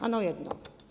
Ano jedno.